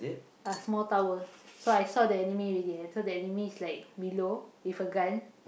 a small tower so I saw the enemy already I saw the enemy is like below with a gun